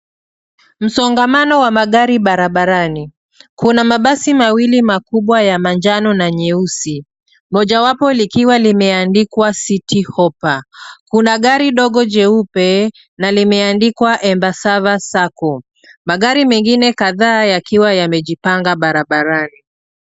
Msongamano wa magari barabarani, kuna mabasi mawili makubwa ya manjano na nyeusi, mojawapo likiwa limeandikwa City hoppa, kuna gari dogo jeupe na limeandikwa Embasava sacco, magari mengine kadhaa yakiwa yamejipanga barabarani.